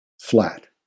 flat